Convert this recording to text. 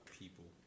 people